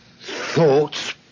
Thoughts